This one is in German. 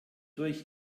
durch